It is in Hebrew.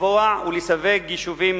לקבוע ולסווג יישובים